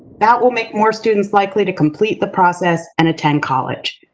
that will make more students likely to complete the process and attend college.